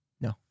No